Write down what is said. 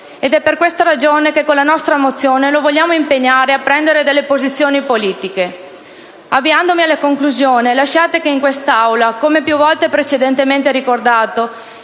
per questa ragione con la nostra mozione lo vogliamo impegnare a prendere posizioni politiche. Avviandomi alla conclusione, lasciate che in quest'Aula - come più volte precedentemente ricordato